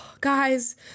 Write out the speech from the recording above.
Guys